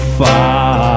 far